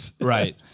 Right